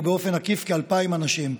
ובאופן עקיף כ-2,000 אנשים.